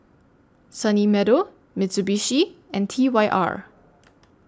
Sunny Meadow Mitsubishi and T Y R